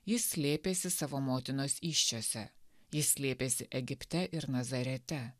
jis slėpėsi savo motinos įsčiose jis slėpėsi egipte ir nazarete